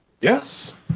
Yes